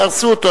יהרסו אותו,